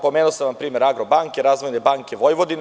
Pomenuo sam vam primer „Agrobanke“, „Razvojne banke Vojvodina“